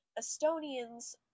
Estonians